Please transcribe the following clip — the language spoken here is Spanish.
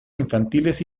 infantiles